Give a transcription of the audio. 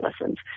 lessons